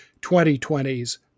2020's